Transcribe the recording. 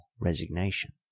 resignation